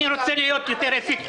אני רוצה להיות יותר אפקטיבי.